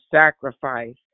sacrifice